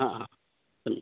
ह् ह् समी